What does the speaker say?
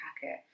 packet